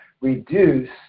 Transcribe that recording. reduce